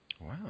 Wow